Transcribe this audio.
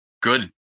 Good